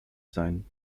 sein